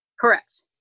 Correct